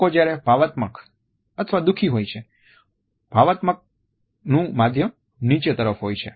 લોકો જ્યારે ભાવનાત્મક દુઃખી હોય છે ભાવનાત્મકનું માધ્યમ નીચે તરફ હોય છે